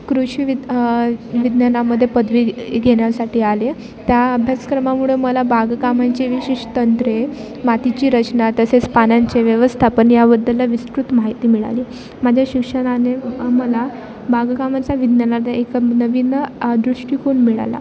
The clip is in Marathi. कृषी विद विज्ञानामध्ये पदवी घेण्यासाठी आले त्या अभ्यासक्रमामुळे मला बागकामांचे विशेष तंत्रे मातीची रचना तसेच पाण्याचे व्यवस्था पण याबद्दलला विस्कृत माहिती मिळाली माझ्या शिक्षणाने मला बागकामाच्या विज्ञानात एक नवीन दृष्टिकोन मिळाला